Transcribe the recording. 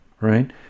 right